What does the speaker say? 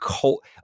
cult